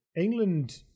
England